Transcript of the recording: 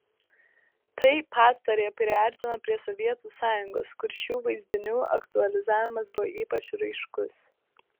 tai pastarąją priartino prie sovietų sąjungos kur šių vaizdinių aktualizavimas buvo ypač raiškus